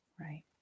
right